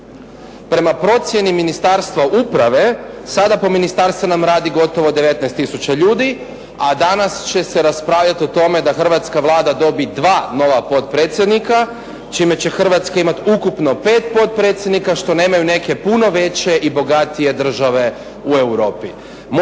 Prema procjeni Ministarstva uprave sada po ministarstvima radi gotovo 19 tisuća ljudi a danas će se raspravljati o tome da hrvatska Vlada dobije dva nova potpredsjednika čime će Hrvatska imati ukupno pet potpredsjednika što nemaju neke puno veće i bogatije države u Europi.